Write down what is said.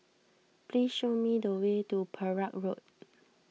please show me the way to Perak Road